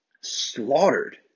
Slaughtered